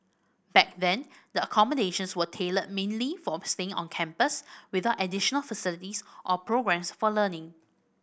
back then the accommodations were tailored mainly for staying on campus without additional facilities or programmes for learning